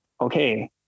okay